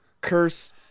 curse